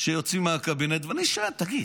שיוצאות מהקבינט, ואני שואל: תגיד,